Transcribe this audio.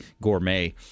Gourmet